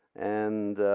and